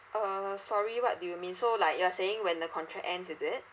uh uh sorry what do you mean so like you're saying when the contract ends is it